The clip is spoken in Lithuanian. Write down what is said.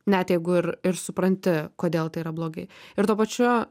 net jeigu ir ir supranti kodėl tai yra blogai ir tuo pačiu